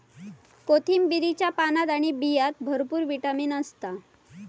कोथिंबीरीच्या पानात आणि बियांत भरपूर विटामीन असता